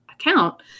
account